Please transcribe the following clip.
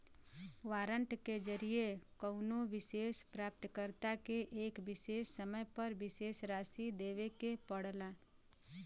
warrant के जरिये कउनो विशेष प्राप्तकर्ता के एक विशेष समय पर विशेष राशि देवे के पड़ला